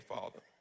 Father